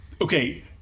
Okay